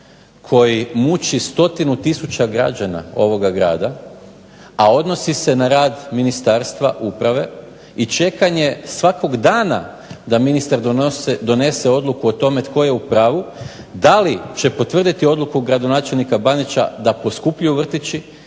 koji muči 100 tisuća građana ovoga grada, a odnosi se na rad Ministarstva uprave i čekanje svakog dana da ministar donese odluku o tome tko je u pravu. DA li će potvrditi odluku gradonačelnika Bandića da poskupljuju vrtići